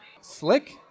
Slick